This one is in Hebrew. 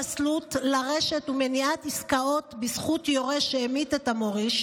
פסלות לרשת ומניעת עסקאות בזכות יורש שהמית את המוריש),